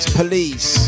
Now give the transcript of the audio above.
police